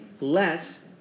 less